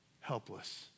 helpless